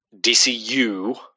DCU